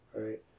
right